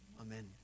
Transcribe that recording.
Amen